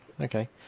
Okay